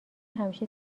همیشه